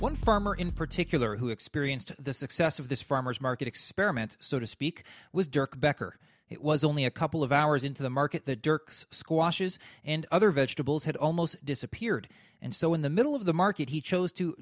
one farmer in particular who experienced the success of this farmer's market experiment so to speak was dirck backer it was only a couple of hours into the market the dirks squashes other vegetables had almost disappeared and so in the middle of the market he chose to